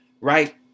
Right